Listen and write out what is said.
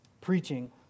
Preaching